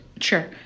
Sure